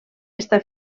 està